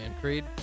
Creed